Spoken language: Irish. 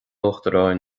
uachtaráin